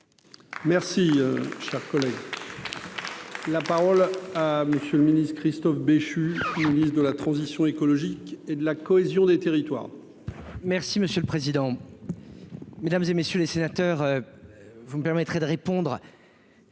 Merci. Cher collègue, la parole à monsieur le Ministre. Christophe Béchu, ministre de la transition écologique et de la cohésion des territoires. Merci monsieur le président, Mesdames et messieurs les sénateurs, vous me permettrez de répondre,